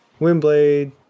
Windblade